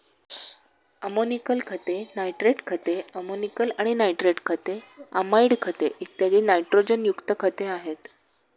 ammoniacal खते, nitrate खते, ammoniacal आणि नायट्रेट खते, अमाइड खते, इत्यादी नायट्रोजनयुक्त खते आहेत